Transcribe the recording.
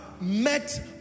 met